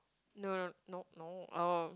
no no no no uh